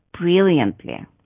brilliantly